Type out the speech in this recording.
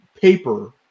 paper